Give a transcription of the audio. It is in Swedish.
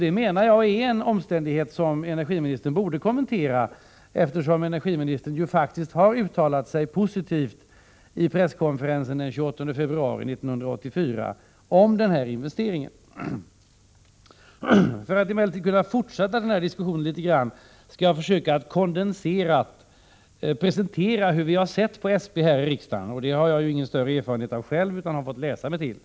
Detta är en omständighet som jag menar att energiministern borde kommentera, eftersom energiministern faktiskt har uttalat sig positivt i presskonferensen den 28 februari 1984 om den här investeringen. För att kunna fortsätta diskussionen litet grand skall jag emellertid försöka kondenserat presentera hur vi här i riksdagen har sett på SP. Det har jag ju själv ingen större erfarenhet av, utan jag har fått läsa mig till det.